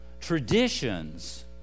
Traditions